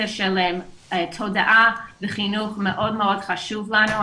של תודעה וחינוך מאוד מאוד חשוב לנו,